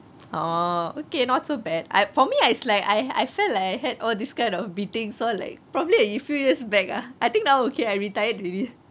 oh okay not so bad I for me I it's like I I felt like I had all this kind of beatings all like probably a few years back ah I think now okay I retired already